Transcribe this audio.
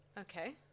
Okay